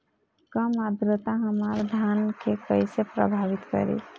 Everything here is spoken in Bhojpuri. कम आद्रता हमार धान के कइसे प्रभावित करी?